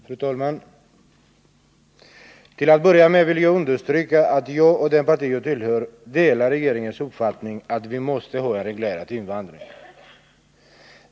Fru talman! Till att börja med vill jag understryka, att jag och det parti jag tillhör delar regeringens uppfattning att vi måste ha en reglerad invandring.